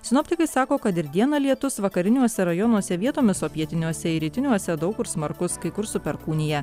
sinoptikai sako kad ir dieną lietus vakariniuose rajonuose vietomis o pietiniuose ir rytiniuose daug kur smarkus kai kur su perkūnija